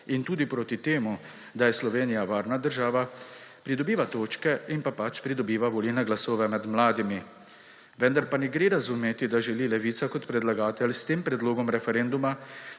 in tudi proti temu, da je Slovenija varna država, pridobiva točke in pridobiva volilne glasove med mladimi. Vendar pa ne gre razumeti, da želi Levica kot predlagatelj s tem predlogom referenduma